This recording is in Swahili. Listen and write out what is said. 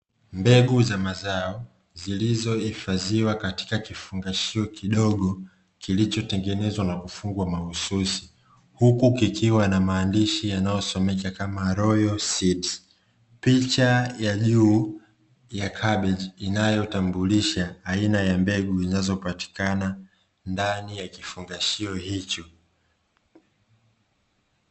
Mbegu za mazao zilizohifadhiwa katika kifungashio kidogo, kilichotengenezwa na kufungwa mahusi. Huku kukiwa na maandishi yanayosomea kama (Royositi), picha ya juu kabichi inayotambulisha aina za mbegu zinazopatikana ndani ya kifungashio hicho.